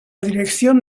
dirección